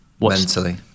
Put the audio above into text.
mentally